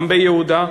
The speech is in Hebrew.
גם ביהודה.